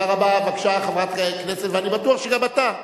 אני חושב שגם אתה,